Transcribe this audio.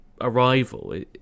arrival